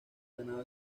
ganado